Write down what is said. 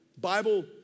Bible